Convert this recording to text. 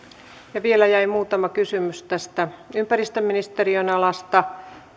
vielä jäi muutama kysymys tästä ympäristöministeriön alasta